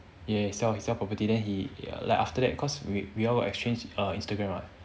yeah he sell property then he like after that cause we we all exchange our instagram [what]